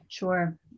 Sure